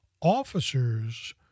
officers